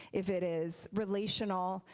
if it is relational.